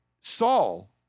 Saul